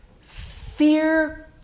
Fear